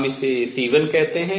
हम इसे c1 कहते हैं